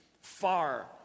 far